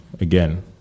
again